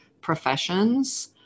professions